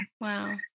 Wow